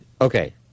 Okay